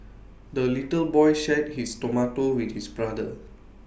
the little boy shared his tomato with his brother